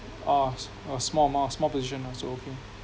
ah a small amount a small position lah so okay